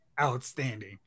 outstanding